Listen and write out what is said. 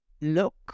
look